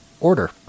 order